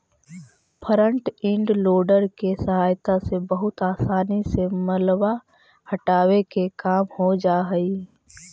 front end loader के सहायता से बहुत असानी से मलबा हटावे के काम हो जा हई